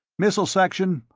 missile section.